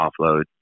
offload